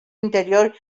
interior